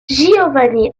giovanni